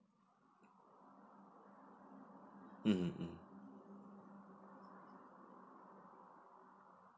mm mm mm